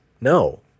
No